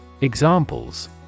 Examples